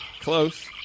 Close